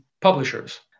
publishers